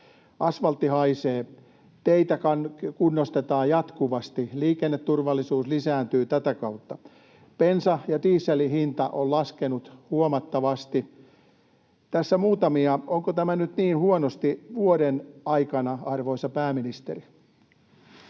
Asvaltti haisee, teitä kunnostetaan jatkuvasti, liikenneturvallisuus lisääntyy tätä kautta. Bensan ja dieselin hinta on laskenut huomattavasti. Tässä muutamia. Onko tämä nyt niin huonosti vuoden aikana, arvoisa pääministeri?